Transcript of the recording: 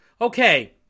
Okay